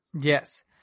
Yes